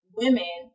women